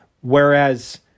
Whereas